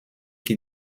qui